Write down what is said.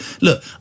Look